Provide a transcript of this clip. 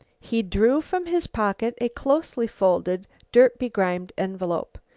he drew from his pocket a closely-folded, dirt-begrimed envelope.